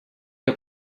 que